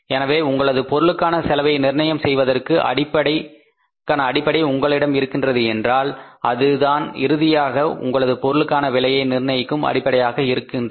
எனவே உங்களது பொருளுக்கான செலவை நிர்ணயம் செய்வதற்கான அடிப்படை உங்களிடம் இருக்கிறது என்றால் அதுதான் இறுதியாக உங்களது பொருளுக்கான விலையை நிர்ணயிக்கும் அடிப்படையாக இருந்திருக்கிறது